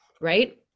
right